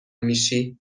میشی